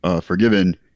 forgiven